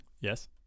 Yes